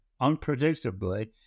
unpredictably